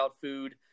food